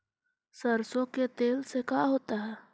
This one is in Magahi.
सरसों के तेल से का होता है?